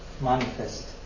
manifest